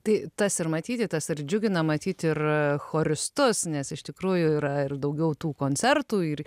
tai tas ir matyti tas ir džiugina matyt ir choristus nes iš tikrųjų yra ir daugiau tų koncertų ir